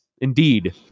indeed